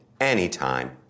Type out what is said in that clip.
anytime